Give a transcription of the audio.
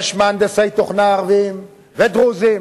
יש מהנדסי תוכנה ערבים ודרוזים,